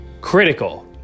critical